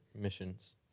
missions